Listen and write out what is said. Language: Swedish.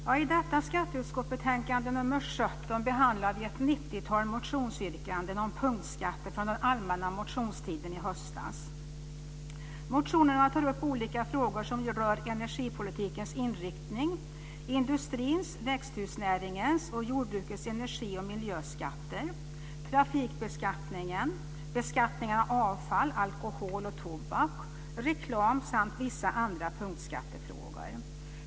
Fru talman! I skatteutskottets betänkande 17 behandlar vi ett nittiotal motionsyrkanden om punktskatter från den allmänna motionstiden i höstas. Motionerna tar upp olika frågor som rör energipolitikens inriktning, industrins, växthusnäringens och jordbrukets energi och miljöskatter, trafikbeskattningen, beskattningen av avfall, alkohol och tobak, reklam, samt vissa andra punktskattefrågor.